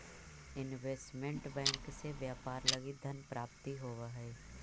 investment bank से व्यापार लगी धन प्राप्ति होवऽ हइ